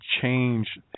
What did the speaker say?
change